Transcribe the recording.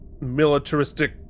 militaristic